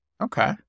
Okay